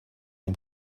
dem